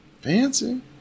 Fancy